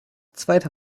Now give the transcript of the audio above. zweiter